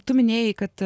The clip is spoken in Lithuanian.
tu minėjai kad